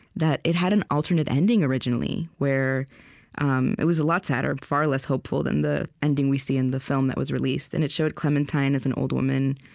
that it had an alternate ending, originally, where um it was a lot sadder, far less hopeful than the ending we see in the film that was released. and it showed clementine as an old woman,